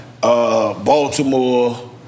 Baltimore